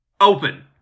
Open